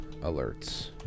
Alerts